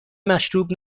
مشروب